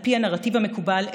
על פי הנרטיב המקובל,